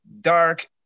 dark